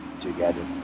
together